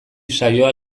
saioa